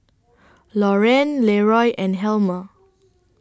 Lauren Leroy and Helmer